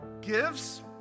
gives